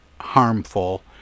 harmful